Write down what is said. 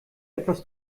etwas